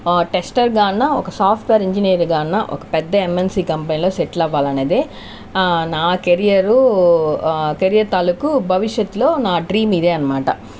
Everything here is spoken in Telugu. టెస్టర్ గా అన్న ఒక సాఫ్ట్వేర్ ఇంజనీర్ గా అన్న ఒక పెద్ద ఎంఎన్సి కంపెనీ లో సెటిల్ అవ్వాలి అనేదే నా కెరియర్ కెరియ ర్ తాలూకు భవిష్యత్తులో నా డ్రీమ్ ఇదే అనమాట